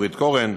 נורית קורן,